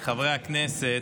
הכנסת,